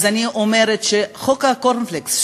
אז אני אומרת שחוק הקורנפלקס,